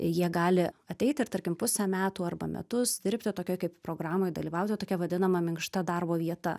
jie gali ateiti ir tarkim pusę metų arba metus dirbti tokioj kaip programoj dalyvauti tokia vadinama minkšta darbo vieta